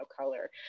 color